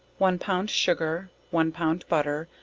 one pound sugar, one pound butter,